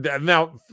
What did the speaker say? now